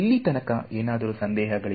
ಇಲ್ಲಿ ತನಕ ಏನಾದರೂ ಸಂದೇಹಗಳು